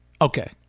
Okay